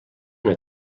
una